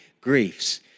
griefs